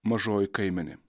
mažoji kaimenė